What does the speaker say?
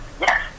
Yes